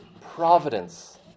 providence